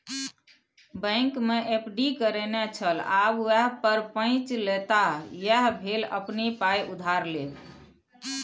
बैंकमे एफ.डी करेने छल आब वैह पर पैंच लेताह यैह भेल अपने पाय उधार लेब